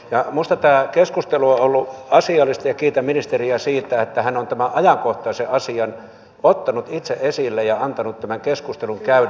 minusta tämä keskustelu on ollut asiallista ja kiitän ministeriä siitä että hän on tämän ajankohtaisen asian ottanut itse esille ja antanut keskustelun käydä